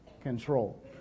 control